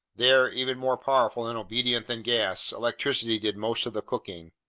there, even more powerful and obedient than gas, electricity did most of the cooking.